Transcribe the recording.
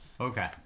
Okay